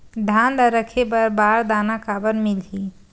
धान ल रखे बर बारदाना काबर मिलही?